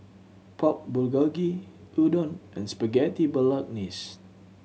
Pork Bulgogi Udon and Spaghetti Bolognese